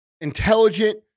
intelligent